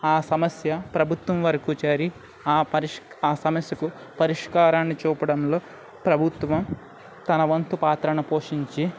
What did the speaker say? ఆ సమస్య ప్రభుత్వం వరకు చేరి ఆ ఆ సమస్యకు పరిష్కారాన్ని చూపడంలో ప్రభుత్వం తన వంతు పాత్రను పోషించి